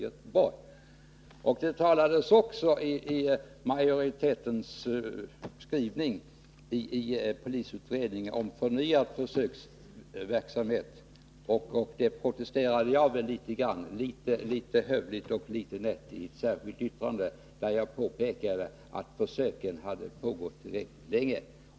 I skrivningen från majoriteten i polisutredningen talades det också om förnyad försöksverksamhet, vilket jag litet hövligt och nätt protesterade mot i ett särskilt yttrande. Jag påpekade att dessa försök hade pågått länge.